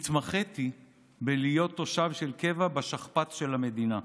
התמחיתי בלהיות תושב של קבע בשכפ"ץ של המדינה,